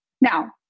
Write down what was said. Now